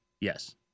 Yes